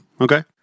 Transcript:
Okay